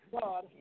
God